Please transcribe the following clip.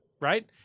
Right